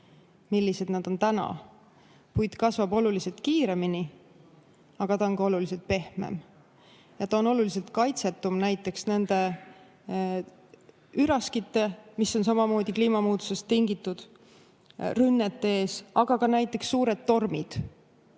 millised nad on täna – puit kasvab oluliselt kiiremini, aga ta on ka oluliselt pehmem. Ta on oluliselt kaitsetum näiteks üraskite rünnete ees, mis on samamoodi kliimamuutusest tingitud, aga ka näiteks suured tormid